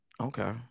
Okay